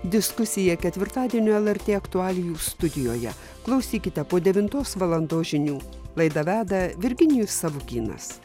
diskusija ketvirtadienio lrt aktualijų studijoje klausykite po devintos valandos žinių laidą veda virginijus savukynas